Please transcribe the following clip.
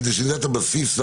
כדי שתדע את הבסיס,